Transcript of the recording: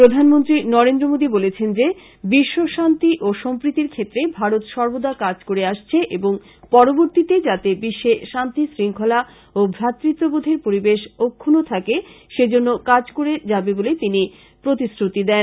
প্রধানমন্ত্রী নরেন্দ্র মোদি বলেছেন যে বিশ্ব শান্তি ও সম্প্রীতির ক্ষেত্রে ভারত সর্বদা কাজ করে আসছে এবং পরবর্তিতে যাতে বিশ্বে শান্তি শৃংখলা ও ভ্রাতৃত্ববোধের পরিবেশ অক্ষুন্ন থাকে সেজন্য কাজ করে যাবে বল তিনি প্রতিশ্রাতি দেন